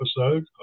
episode